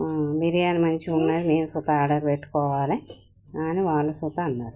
బిర్యాని మంచిగా ఉందని మేము కూడా ఆర్డర్ పెట్టుకోవాలి అని వాళ్ళు కూడా అన్నారు